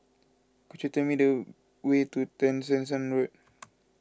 could you tell me the way to Tessensohn Road